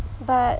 but